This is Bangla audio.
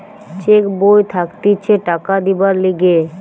চেক বই থাকতিছে টাকা দিবার লিগে